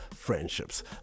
friendships